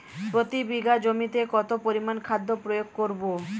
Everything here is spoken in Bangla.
প্রতি বিঘা জমিতে কত পরিমান খাদ্য প্রয়োগ করব?